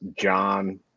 John